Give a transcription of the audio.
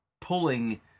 pulling